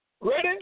Ready